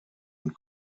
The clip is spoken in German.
und